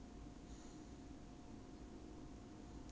have but I think the remaining one got lonely ah so